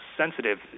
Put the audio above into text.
sensitive